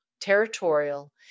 territorial